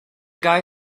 guy